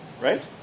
right